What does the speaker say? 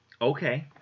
Okay